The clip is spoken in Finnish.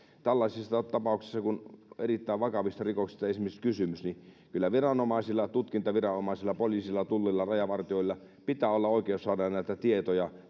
tällaisissa tapauksissa kun on esimerkiksi erittäin vakavista rikoksista kysymys viranomaisilla tutkintaviranomaisilla poliisilla tullilla rajavartijoilla on oikeus saada tietoja